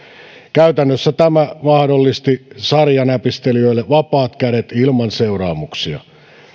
käytännössä tämä mahdollisti sarjanäpistelijöille vapaat kädet ilman seuraamuksia